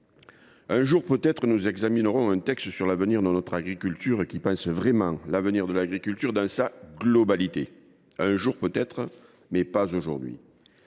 un jour, peut être, nous examinerons un texte sur l’avenir de notre agriculture qui pense vraiment l’avenir de cette profession dans sa globalité. Un jour, peut être, mais pas aujourd’hui